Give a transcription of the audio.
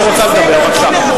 את רוצה לדבר, בבקשה.